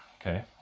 Okay